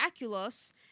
Aculos